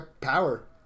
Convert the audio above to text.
power